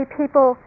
people